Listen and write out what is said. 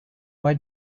why